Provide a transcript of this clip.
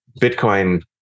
Bitcoin